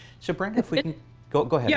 so brenda, if we can go go yeah